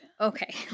Okay